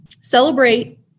celebrate